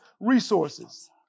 resources